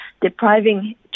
depriving